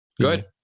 Good